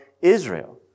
Israel